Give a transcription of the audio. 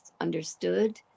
understood